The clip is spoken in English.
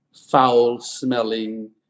foul-smelling